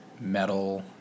metal